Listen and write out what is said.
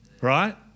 Right